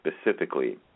specifically